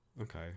Okay